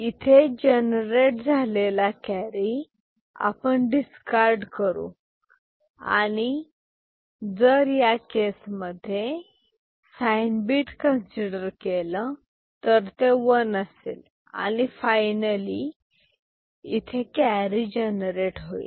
इथे जनरेट झालेला कॅरी आपण डिस्कार्ड करू आणि जर या केसमध्ये साइन बीट कन्सिडर केलं तर ते वन असेल आणि फायनली इथे कॅरी जनरेट होईल